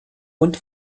und